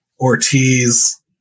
Ortiz